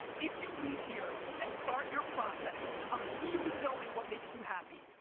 if you leave here and start your process of really knowing what makes you happy,